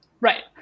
Right